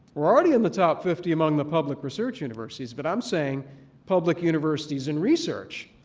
we're already in the top fifty among the public research universities, but i'm saying public universities in research.